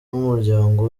n’umuryango